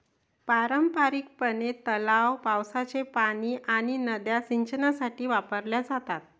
पारंपारिकपणे, तलाव, पावसाचे पाणी आणि नद्या सिंचनासाठी वापरल्या जातात